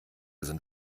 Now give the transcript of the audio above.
sind